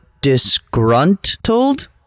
disgruntled